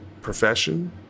profession